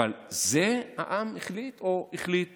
אבל זה מה שהעם החליט או הוא החליט